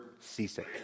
seasick